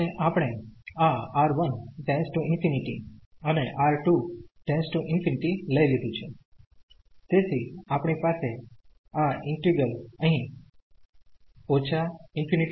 અને આપણે આ R1 →∞ અને R2 →∞ લઈ લીધું છે તેથી આપણી પાસે આ ઈન્ટિગ્રલ અહીં ∞